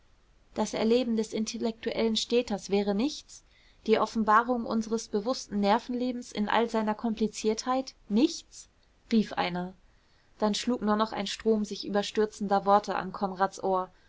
das erleben des intellektuellen städters wäre nichts die offenbarung unseres bewußten nervenlebens in all seiner kompliziertheit nichts rief einer dann schlug nur noch ein strom sich überstürzender worte an konrads ohr